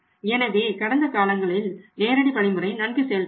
எனவே கடந்த காலங்களில் நேரடி வழிமுறை நன்கு செயல்பட்டது